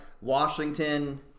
Washington